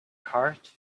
cart